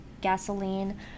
gasoline